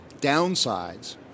downsides